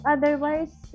Otherwise